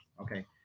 okay